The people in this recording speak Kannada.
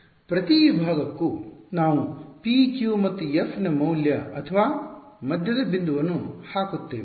ಪ್ರತಿ ವಿಭಾಗಕ್ಕೂ ನಾವು p q ಮತ್ತು f ನ ಮೌಲ್ಯ ಅಥವಾ ಮಧ್ಯದ ಬಿಂದುವನ್ನು ಹಾಕುತ್ತೇವೆ